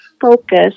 focus